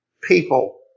people